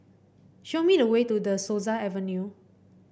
show me the way to De Souza Avenue